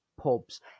pubs